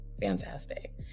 Fantastic